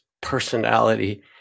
personality